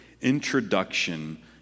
introduction